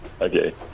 Okay